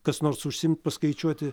kas nors užsiimt paskaičiuoti